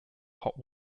hot